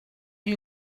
you